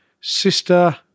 sister